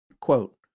quote